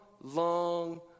long